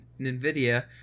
NVIDIA